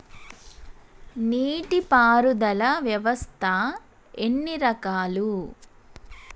నీటి పారుదల వ్యవస్థ ఎన్ని రకాలు?